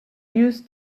used